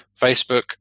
Facebook